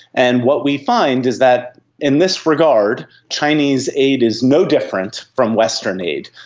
and what we find is that in this regard chinese aid is no different from western aid.